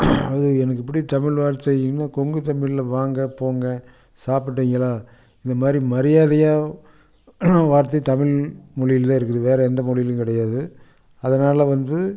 அது எனக்கு பிடித்த தமிழ் வார்த்தை என்ன கொங்கு தமிழில் வாங்க போங்க சாப்பிட்டீங்களா இதை மாதிரி மரியாதையாக வார்த்தை தமிழ் மொழியில் இருக்குது வேறு எந்த மொழியிலையும் கிடையாது அதனால் வந்து